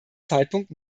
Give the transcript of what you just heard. zeitpunkt